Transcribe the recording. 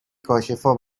کاشفا